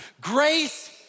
grace